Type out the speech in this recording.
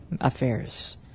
affairs